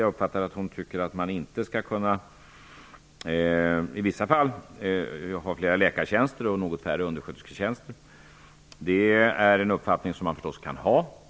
Jag uppfattar att hon tycker att man i vissa fall inte skall kunna ha flera läkartjänster och något färre underskötersketjänster. Den uppfattningen kan man förstås ha.